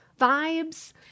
vibes